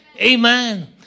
Amen